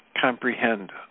comprehend